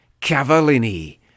Cavallini